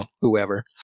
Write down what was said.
whoever